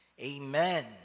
amen